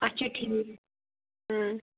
اچھا ٹھیٖک